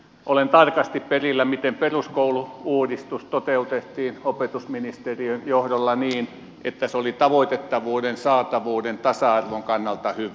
olen tarkasti perillä miten peruskoulu uudistus toteutettiin opetusministeriön johdolla niin että se oli tavoitettavuuden saatavuuden tasa arvon kannalta hyvä